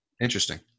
Interesting